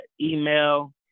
email